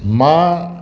मां